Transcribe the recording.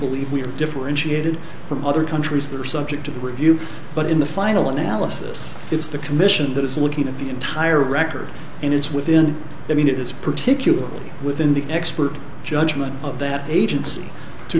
believe we are differentiated from other countries that are subject to the review but in the final analysis it's the commission that is looking at the entire record and it's within that mean it is particularly within the expert judgment of that agency to